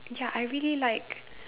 ya I really like